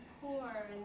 poor